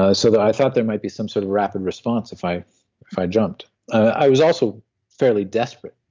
ah so i thought there might be some sort of rapid response if i if i jump. i was also fairly desperate.